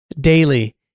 daily